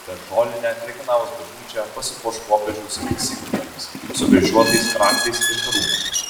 per žolinę krekenavos bažnyčia pasipuoš popiežiaus insignijomis sukryžiuotais raktais ir karūna